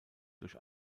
durch